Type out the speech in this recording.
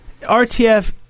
RTF